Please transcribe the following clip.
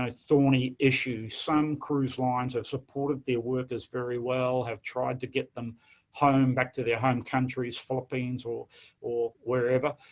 um thorny issue. some cruise lines have supported their workers very well, have tried to get them home, back to their home countries, the philippines or or wherever,